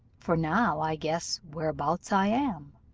for, now i guess whereabouts i am.